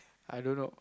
I don't know